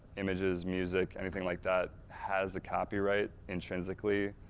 images, music, anything like that has a copyright intrinsically.